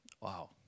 Wow